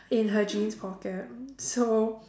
in her jeans pocket so